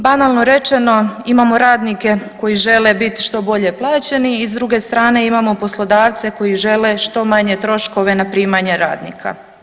Banalno rečeno, imamo radnike koji žele bit što bolje plaćeni i s druge strane imamo poslodavce koji žele što manje troškove na primanje radnika.